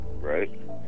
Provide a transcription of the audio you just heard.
Right